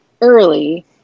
early